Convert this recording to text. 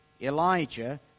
Elijah